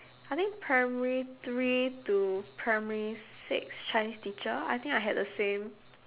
I think primary three to primary six chinese teacher I think I had the same